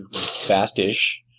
fast-ish